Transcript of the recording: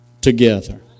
together